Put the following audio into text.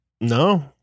no